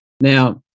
Now